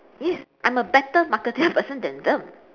yes I'm a better marketing person than them